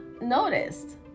noticed